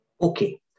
Okay